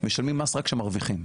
משלמים מס רק כשמרוויחים,